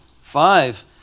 five